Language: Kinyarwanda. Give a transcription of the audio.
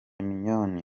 mignonne